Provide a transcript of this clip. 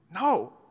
No